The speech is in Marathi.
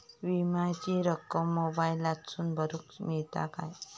विमाची रक्कम मोबाईलातसून भरुक मेळता काय?